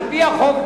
על-פי החוק,